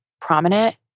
prominent